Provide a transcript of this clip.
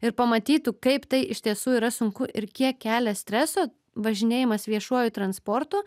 ir pamatytų kaip tai iš tiesų yra sunku ir kiek kelia streso važinėjimas viešuoju transportu